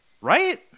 Right